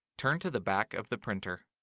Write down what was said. turn to the back of the printer.